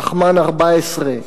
פחמן 14,